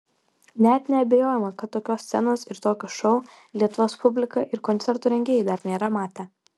net neabejojama kad tokios scenos ir tokio šou lietuvos publika ir koncertų rengėjai dar nėra matę